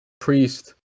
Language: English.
priest